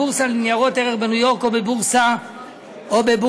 הבורסה לניירות ערך בניו-יורק או בבורסת הנאסד"ק.